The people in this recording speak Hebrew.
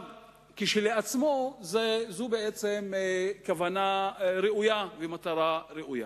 כשלעצמה, זו בעצם כוונה ראויה ומטרה ראויה.